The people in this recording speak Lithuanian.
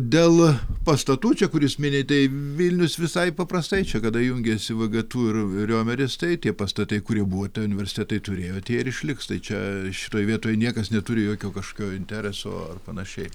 dėl pastatų čia kur jūs minė vilnius visai paprastai čia kada jungėsi vgtu ir riomeris tai tie pastatai kurie buvo tie universitetai turėjo tie ir išliks tai čia šitoj vietoj niekas neturi jokio kažkio intereso ar panašiai